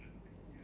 mmhmm